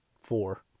four